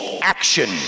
action